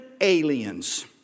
aliens